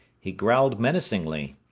he growled menacingly.